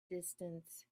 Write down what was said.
distance